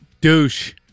douche